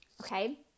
okay